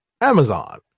Amazon